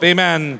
Amen